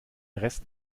rest